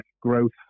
growth